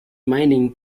mining